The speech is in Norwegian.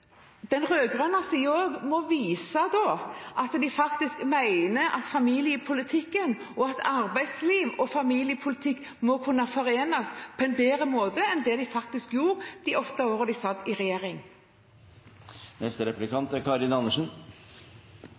den rød-grønne siden må vise at de faktisk mener at arbeidsliv og familiepolitikk må kunne forenes på en bedre måte enn det de gjorde de åtte årene de satt i regjering.